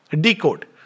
decode